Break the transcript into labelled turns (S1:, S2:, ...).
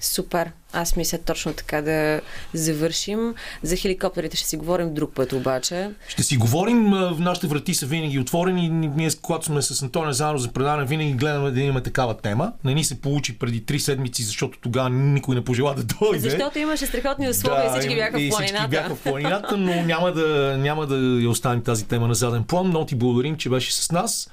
S1: Супер! Аз мисля точно така да завършим. За хеликоптерите ще си говорим друг път обаче.
S2: Ще си говорим, а, в- нашите врати са винаги отворени. Ние, когато сме с Антония заедно за предаване, винаги гледаме да имаме такава тема. Не ни се получи преди три седмици, защото тогава никой не пожела да дойде.
S1: А защото имаше страхотни условия
S2: Да,
S1: и всички
S2: им-
S1: бяха в
S2: и всички
S1: планината.
S2: бяха в планината, но няма да- няма да я оставим тази тема на заден план. Но ти благодарим, че беше с нас.